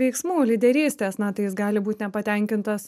veiksmų lyderystės na tai jis gali būt nepatenkintas